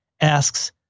Asks